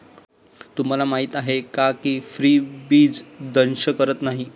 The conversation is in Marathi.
तुम्हाला माहीत आहे का की फ्रीबीज दंश करत नाही